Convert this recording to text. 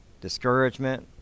discouragement